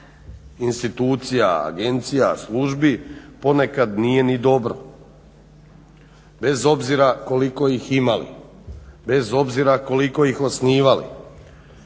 institucija, agencija, službi ponekad nije ni dobro bez obzira koliko ih imali, bez obzira koliko ih osnivali,